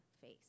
face